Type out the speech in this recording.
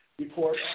Report